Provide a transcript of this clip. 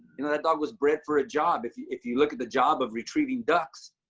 you know, that dog was bred for a job. if you if you look at the job of retrieving ducks,